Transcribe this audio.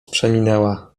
przeminęła